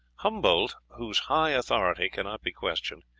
humboldt, whose high authority cannot be questioned,